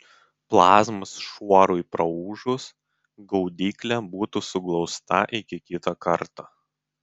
plazmos šuorui praūžus gaudyklė būtų suglausta iki kito karto